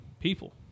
people